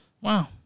Wow